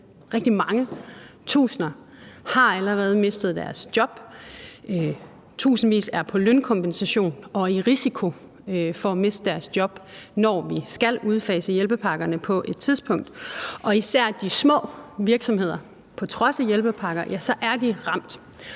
rigtig mange tusinder har allerede mistet deres job, tusindvis er på lønkompensation og i risiko for at miste deres job, når vi skal udfase hjælpepakkerne på et tidspunkt. Og især de små virksomheder er ramt på trods af hjælpepakker og har